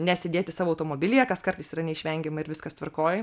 ne sėdėti savo automobilyje kas kartais yra neišvengiama ir viskas tvarkoj